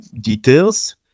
details